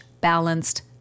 balanced